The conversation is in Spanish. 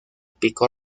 pico